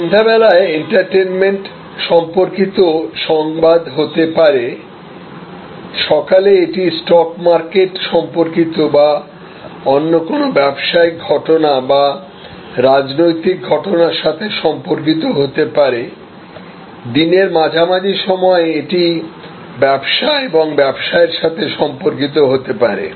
সন্ধ্যাবেলায় এন্টারটেইনমেন্ট সম্পর্কিত সংবাদ হতে পারে সকালে এটি স্টক মার্কেট সম্পর্কিত বা অন্য কোনও ব্যবসায়িক ঘটনা বা রাজনৈতিক ঘটনার সাথে সম্পর্কিত হতে পারে দিনের মাঝামাঝি সময়ে এটি ব্যবসা এবং ব্যবসায়ের সাথে সম্পর্কিত হতে পারে